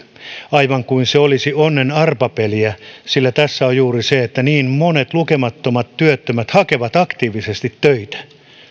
aivan kuin se olisi onnen arpapeliä sillä tässä on juuri se että niin monet lukemattomat työttömät hakevat aktiivisesti töitä ja